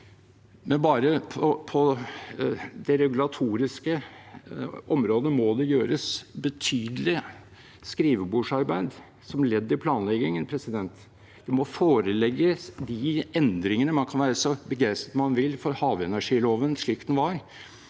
men bare på det regulatoriske området må det gjøres betydelig skrivebordsarbeid som ledd i planleggingen. Det må foreligge endringer. Man kan være så begeistret man vil for havenergiloven slik den var,